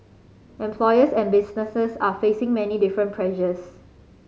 employers and businesses are facing many different pressures